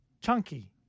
chunky